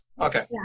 okay